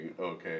okay